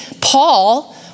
Paul